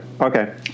okay